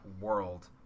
world